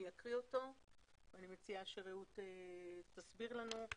אני אקריא אותו ואני מציעה שרעות תסביר לנו.